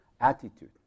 attitude